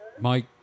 Mike